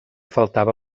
faltava